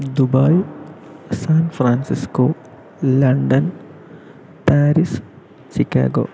Dubai San Francisco London Paris Chicago